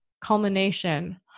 culmination